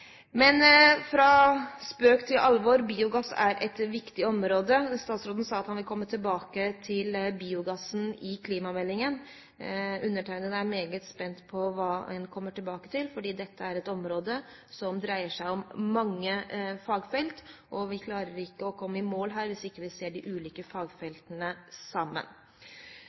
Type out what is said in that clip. Fra spøk til alvor: Biogass er et viktig område. Statsråden sa at han vil komme tilbake til biogassen i klimameldingen. Jeg er meget spent på hva man kommer tilbake til, for dette er et område som dreier seg om mange fagfelt. Vi klarer ikke å komme i mål her, hvis vi ikke ser de ulike fagfeltene